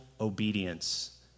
obedience